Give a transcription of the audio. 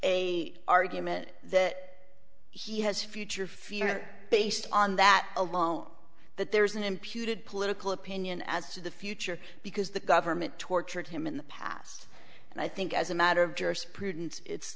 a argument that he has a future fear based on that alone that there's an imputed political opinion as to the future because the government tortured him in the past and i think as a matter of